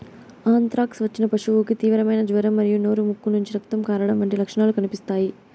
anthrax వచ్చిన పశువుకు తీవ్రమైన జ్వరం మరియు నోరు, ముక్కు నుంచి రక్తం కారడం వంటి లక్షణాలు కనిపిస్తాయి